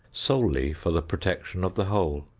solely for the protection of the whole.